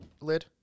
lid